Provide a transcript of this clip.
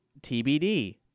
TBD